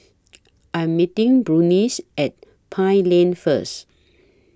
I Am meeting Burnice At Pine Lane First